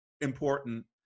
important